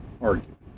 argument